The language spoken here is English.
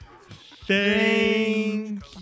thank